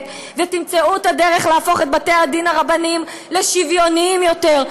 ותמצאו את הדרך להפוך את בתי-הדין הרבניים לשוויוניים יותר,